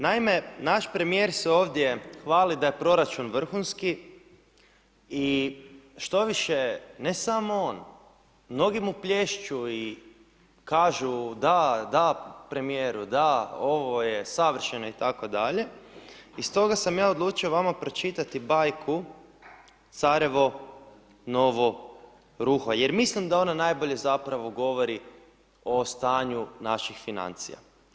Naime, naš premijer se ovdje hvali da je proračun vrhunski i štoviše, ne samo on, mnogi mu plješću i kažu da, da premijeru, da, ovo je savršeno itd. i stoga sam ja vama odlučio pročitati bajku Carevo novo ruho jer mislim da ono najbolje zapravo govori o stanju naših financija.